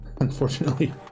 Unfortunately